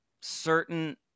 certain